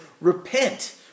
repent